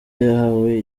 yahawe